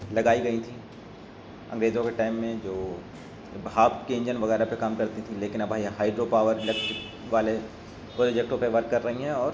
لگائی گئی تھیں انگریزوں کے ٹائم میں جو بھاپ کے انجن وغیرہ پہ کام کرتی تھیں لیکن اب ہے ہائیڈرو پاور الیکٹرک والے پروجیکٹوں پہ ورک کر رہی ہیں اور